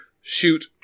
shoot